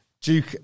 Duke